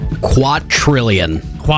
Quadrillion